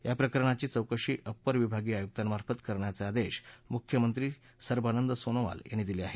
याप्रकरणाची चौकशी अप्पर विभागीय आयुकांमार्फत करण्याचे आदेश मुख्यमंत्री सर्वानंद सोनोवाल यांनी दिले आहेत